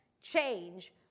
change